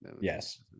Yes